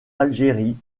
algérie